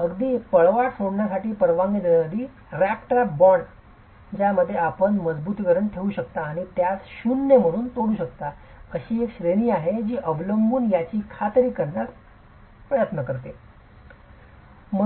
अगदी पळवाट सोडण्यासाठी परवानगी देणारी रॅट ट्रॅप बॉन्ड ज्यामध्ये आपण मजबुतीकरण ठेवू शकता किंवा त्यास शून्य म्हणून सोडू शकता अशी एक श्रेणी आहे जी अनुलंब याची खात्री करण्याचा प्रयत्न करते चटकन साध्य होते